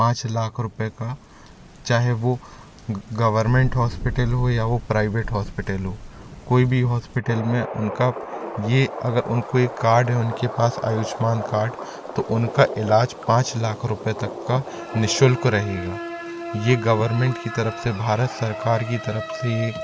पाँच लाख रुपए का चाहे वो गवर्मेंट हॉस्पिटेल हो या वो प्राइवेट हॉस्पिटेल हो कोई भी हॉस्पिटेल में उनका ये अगर उनको ये कार्ड हैं उनके पास आयुष्मान कार्ड तो उनका इलाज पाँच लाख रुपए तक का निःशुल्क रहेगा ये गवर्मेंट की तरफ से भारत सरकार की तरफ से ये